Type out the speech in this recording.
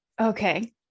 Okay